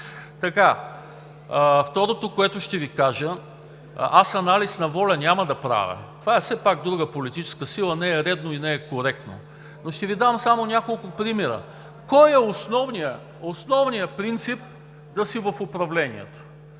Второто, което ще Ви кажа: аз анализ на ВОЛЯ няма да правя. Това е все пак друга политически сила. Не е редно и не е коректно! Но ще Ви дам само няколко примера кой е основният принцип да си в управлението.